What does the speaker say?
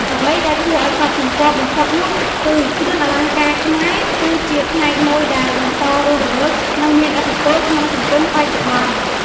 អ្វីដែលគួរឱ្យកត់សម្គាល់បំផុតនោះគឺ គ្រឿងអលង្ការខ្មែរគឺជា ផ្នែកមួយដែលបន្តរស់រវើក និងមានឥទ្ធិពលក្នុងសង្គមបច្ចុប្បន្ន។